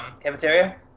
cafeteria